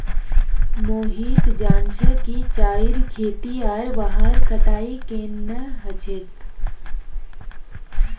मोहित जान छ कि चाईर खेती आर वहार कटाई केन न ह छेक